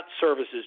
services